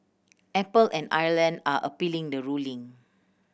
Apple and Ireland are appealing the ruling